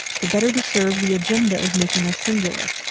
the better to serve the agenda of making a singular.